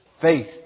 faith